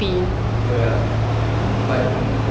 oh ya but